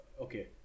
Okay